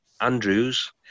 Andrews